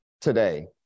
today